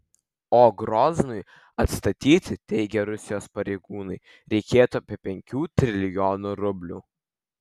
o groznui atstatyti teigia rusijos pareigūnai reikėtų apie penkių trilijonų rublių